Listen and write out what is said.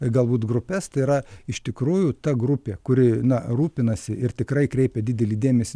galbūt grupes tai yra iš tikrųjų ta grupė kuri na rūpinasi ir tikrai kreipia didelį dėmesį